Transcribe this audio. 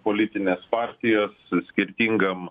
politinės partijos skirtingam